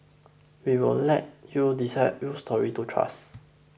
we'll let you decide whose story to trust